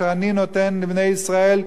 אשר אני נותן לבני ישראל,